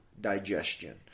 digestion